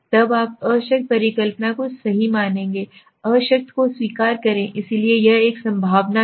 तब आप अशक्त परिकल्पना को सही मानेंगेअशक्त को स्वीकार करें इसलिए यह एक संभावना है